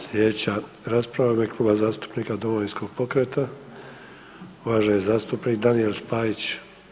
Slijedeća rasprava u ime Kluba zastupnika Domovinskog pokreta, uvaženi zastupnik Daniel Spajić.